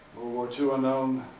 war two unknown.